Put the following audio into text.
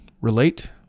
relate